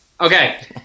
okay